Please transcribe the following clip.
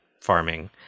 farming